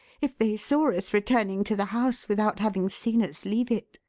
if they saw us returning to the house without having seen us leave it.